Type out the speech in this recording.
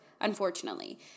unfortunately